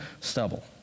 stubble